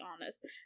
honest